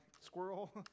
Squirrel